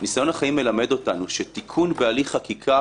הבנתי שהוועדה הסכימה להארכת התקופות.